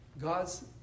God's